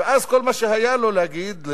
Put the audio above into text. ואז כל מה שהיה לו להגיד,